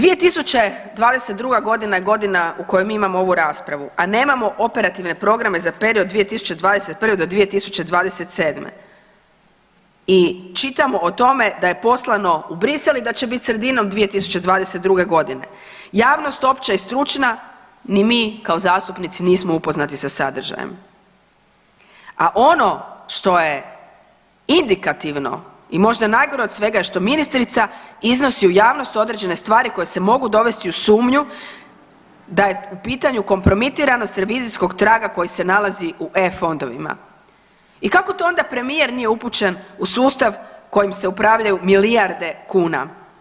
2022.g. je godina u kojoj mi imamo ovu raspravu, a nemamo operativne programe za period od 2021.-2027. i čitamo o tome da je poslano u Bruxelles i da će bit sredinom 2022.g. Javnost opća i stručna ni kao zastupnici nismo upoznati sa sadržajem a ono što je indikativno i možda najgore od svega je što ministrica iznosi u javnost određene stvari koje se mogu dovesti u sumnju da je u pitanju kompromitiranost revizijskog traga koji se nalazi u EU fondovima i kako to onda premijer nije upućen u sustav kojim se upravljaju milijarde kuna.